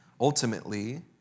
ultimately